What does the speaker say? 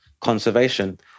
conservation